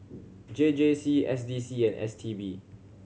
J J C S D C and S T B